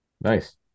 Nice